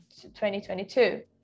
2022